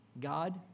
God